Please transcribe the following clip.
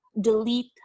delete